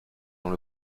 dans